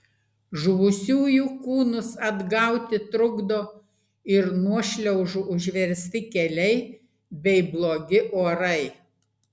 žuvusiųjų kūnus atgauti trukdo ir nuošliaužų užversti keliai bei blogi orai